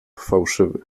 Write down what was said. fałszywy